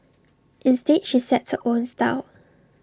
instead she sets her own style